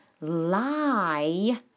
lie